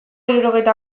hirurogeita